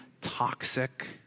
toxic